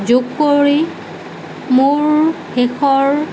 যোগ কৰি মোৰ শেষৰ